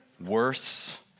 worse